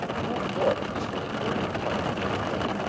the wolf thought this was a very good plan and went away.